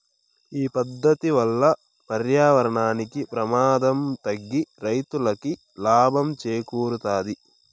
ఈ పద్దతి వల్ల పర్యావరణానికి ప్రమాదం తగ్గి రైతులకి లాభం చేకూరుతాది